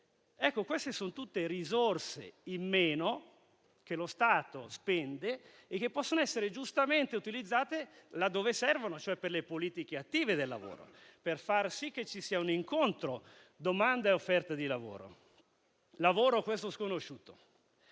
Queste sono tutte risorse in meno che lo Stato spende e che possono essere giustamente utilizzate laddove servono, cioè per le politiche attive del lavoro, per far sì che ci sia un incontro tra domanda e offerta di lavoro. Lavoro, questo sconosciuto.